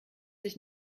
sich